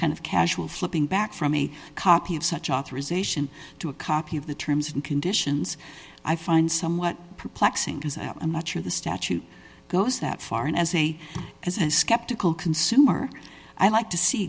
kind of casual flipping back from a copy of such authorization to a copy of the terms and conditions i find somewhat perplexing is that i'm not sure the statute goes that far and as a as a skeptical consumer i like to see